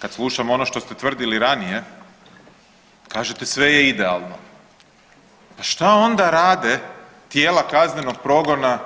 Kad slušam ono što ste tvrdili ranije kažete sve je idealno, a šta onda rade tijela kaznenog progona